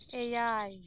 ᱮᱭᱟᱭ